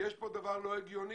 יש פה דבר לא הגיוני.